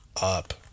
Up